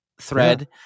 Thread